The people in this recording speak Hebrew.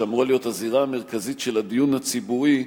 שאמורה להיות הזירה המרכזית של הדיון הציבורי,